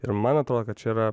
ir man atrodo kad čia yra